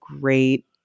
great